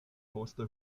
poste